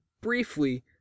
briefly